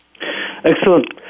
Excellent